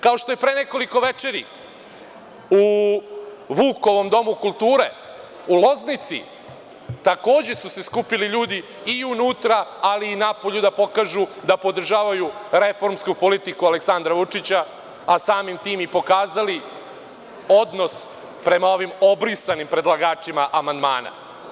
Kao što je pre nekoliko večeri, u Vukovom domu kulture u Loznici, takođe su se skupili ljudi i unutra, ali i napolju da pokažu da podržavaju reformsku politiku Aleksandra Vučića, a samim tim i pokazali odnos prema ovim obrisanim predlagačima amandmana.